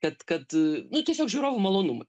kad kad a nu tiesiog žiūrovų malonumui